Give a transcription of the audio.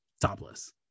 topless